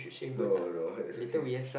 no no it's okay